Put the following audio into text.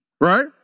Right